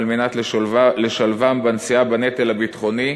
כדי לשלבם בנשיאה בנטל הביטחוני,